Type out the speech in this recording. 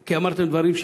כי אמרתם דברים,